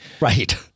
right